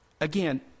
again